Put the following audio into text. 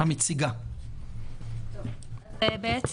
בעצם